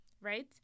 right